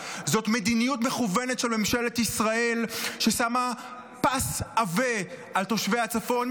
זאת מדיניות מכוונת של ממשלת ישראל ששמה פס עבה על תושבי הצפון,